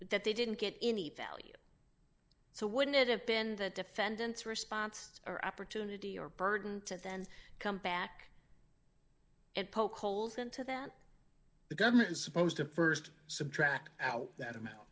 that they didn't get any value so wouldn't it have been the defendant's response or opportunity or burden to then come back it poke holes into that the government is supposed to st subtract out that amount